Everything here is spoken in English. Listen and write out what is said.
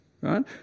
right